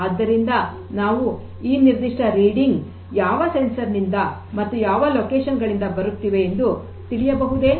ಆದ್ದರಿಂದ ನಾವು ಈ ನಿರ್ದಿಷ್ಟ ರೀಡಿಂಗ್ ಯಾವ ಸಂವೇದಕನಿಂದ ಮತ್ತು ಯಾವ ಸ್ಥಳಗಳಿಂದ ಬರುತ್ತಿವೆ ಎಂದು ತಿಳಿಯಬಹುದೇ